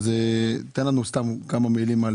תן לנו כמה מילים על